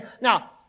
Now